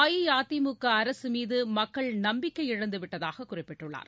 அஇஅதிமுக அரசு மீது மக்கள் நம்பிக்கை இழந்துவிட்டதாக குறிப்பிட்டுள்ளார்